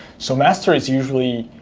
so master is usually